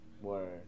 Word